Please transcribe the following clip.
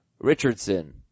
Richardson